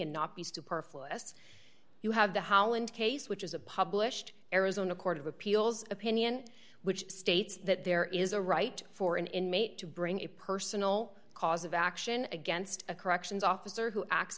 superfluous you have the holland case which is a published arizona court of appeals opinion which states that there is a right for an inmate to bring a personal cause of action against a corrections officer who acts